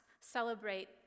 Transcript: celebrate